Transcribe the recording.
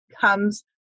comes